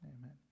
Amen